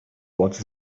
what